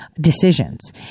decisions